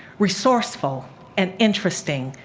resourceful and interesting,